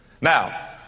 Now